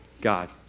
God